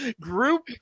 group